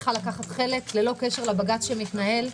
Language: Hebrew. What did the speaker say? צריכה לקחת חלק ללא קשר לבג"ץ שמתנהל.